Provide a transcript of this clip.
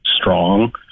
Strong